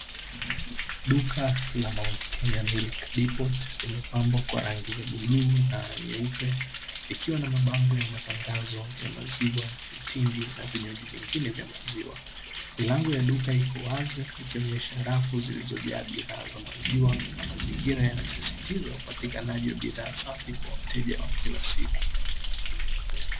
Duka la "MOUNT KENYA MILK DEPOT" limepambwa kwa rangi za bluu na nyeupe likiwa na mabango ya matangazo ya maziwa, mtindi na vinywaji vingine vya maziwa, milango ya duka ipo wazi ikonyesha rafu zilizojaa bidhaa za maziwa na mazingira yanasisitiza upatikanaji wa bidhaa safi kwa wateja wa kila siku.